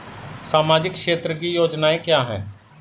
सामाजिक क्षेत्र की योजनाएं क्या हैं?